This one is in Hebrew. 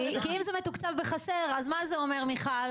כי אם זה מתוקצב בחסר אז מה זה אומר מיכל?